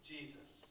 Jesus